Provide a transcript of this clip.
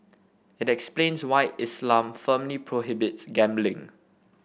it explains why Islam firmly prohibits gambling